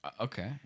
Okay